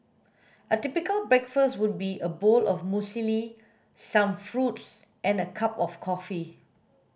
a typical breakfast would be a bowl of muesli some fruits and a cup of coffee